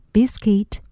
Biscuit